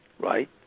right